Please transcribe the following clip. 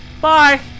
bye